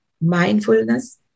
mindfulness